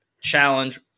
challenge